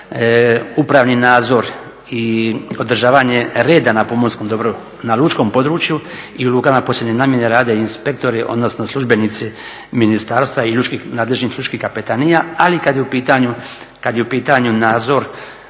upravni nadzor i održavanje reda na pomorskom dobru na lučkom području i lukama posebne namjene rade inspektori odnosno službenici ministarstva i nadležnih lučkih kapetanija, ali kada je u pitanju nadzor